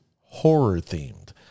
horror-themed